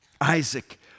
Isaac